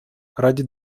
ради